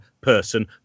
person